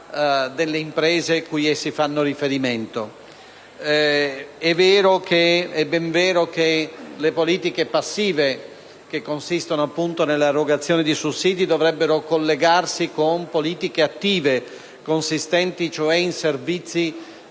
È ben vero che le politiche passive, che consistono appunto nell'erogazione di sussidi, dovrebbero collegarsi con politiche attive, consistenti cioè in servizi